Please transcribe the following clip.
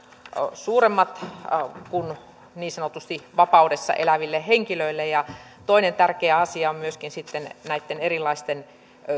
suuremmat kuin niin sanotusti vapaudessa eläville henkilöille ja toinen tärkeä asia on myöskin sitten näitten erilaisten